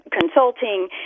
consulting